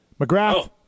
McGrath